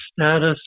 status